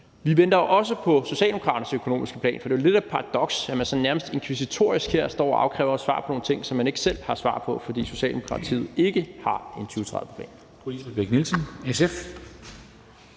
Vi venter også på Socialdemokraternes økonomiske plan, for det er jo lidt af et paradoks, at man sådan nærmest inkvisitorisk står her og afkræver os svar på nogle ting, som man ikke selv har svar på, fordi Socialdemokratiet ikke har en 2030-plan.